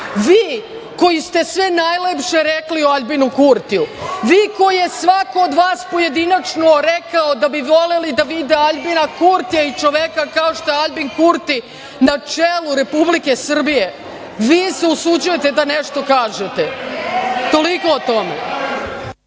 vi koji ste sve najlepše rekli o Aljbinu Kurtiju, vi koji je svako od vas pojedinačno rekao da bi voleli da vide Aljbina Kurtija i čoveka kao što je Aljbin Kurti na čelu Republike Srbije. Vi se usuđujete da nešto kažete? Toliko o